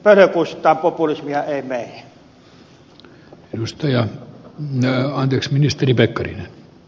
tämä on sitä teidän pölhökustaa populismia ei meidän